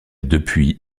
depuis